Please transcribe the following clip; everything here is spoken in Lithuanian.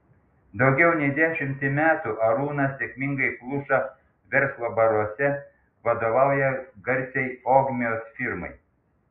daugiau nei dešimtį metų arūnas sėkmingai pluša verslo baruose vadovauja garsiai ogmios firmai